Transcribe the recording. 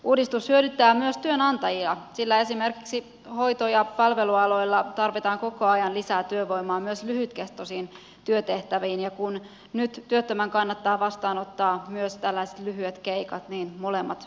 uudistus hyödyttää myös työnantajia sillä esimerkiksi hoito ja palvelualoilla tarvitaan koko ajan lisää työvoimaa myös lyhytkestoisiin työtehtäviin ja kun nyt työttömän kannattaa vastaanottaa myös tällaiset lyhyet keikat niin molemmat hyötyvät